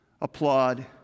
applaud